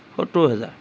সত্তৰ হেজাৰ